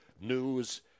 news